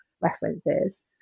references